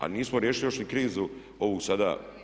A nismo riješili još ni krizu ovu sada.